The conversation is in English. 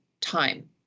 time